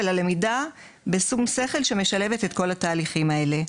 אלא למידה בשום שכל שמשלבת את כל התהליך האלה.